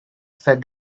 said